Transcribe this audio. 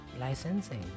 licensing